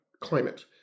climate